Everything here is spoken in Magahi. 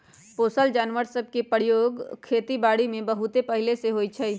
पोसल जानवर सभ के प्रयोग खेति बारीमें बहुते पहिले से होइ छइ